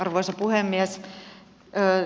arvoisa puhemies